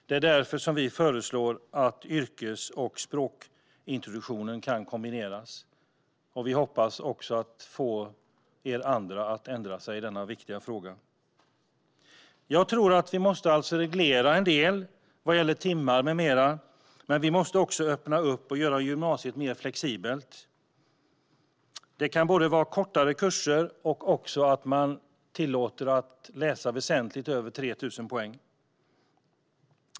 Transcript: Det är därför som vi föreslår att yrkes och språkintroduktionen ska kunna kombineras. Vi hoppas också att få er andra att ändra er i denna viktiga fråga. Jag tror alltså att vi måste reglera en del vad gäller timmar med mera. Men vi måste också öppna upp och göra gymnasiet mer flexibelt. Det kan handla både om att det finns kortare kurser och att det tillåts att man läser väsentligt över 3 000 poäng.